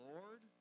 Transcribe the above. Lord